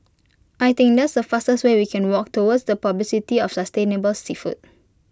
I think that's the fastest way we can work towards the publicity of sustainable seafood